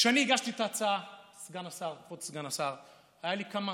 כשאני הגשתי את ההצעה, כבוד סגן השר, היו לי כמה